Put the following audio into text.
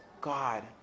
God